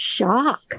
Shock